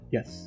Yes